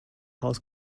haus